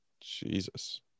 Jesus